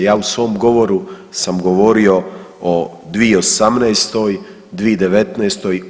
Ja u svom govoru sam govorio o 2018., 2019.